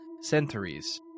Centuries